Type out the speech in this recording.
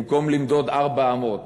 במקום למדוד ארבע אמות